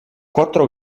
quattro